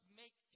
make